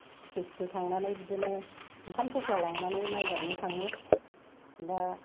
खिथु खिथु थांनानै बिदिनो ओंखाम थफ्ला लांनानै माइ गायनो थाङो दा